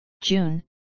June